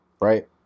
right